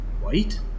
white